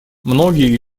многие